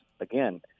again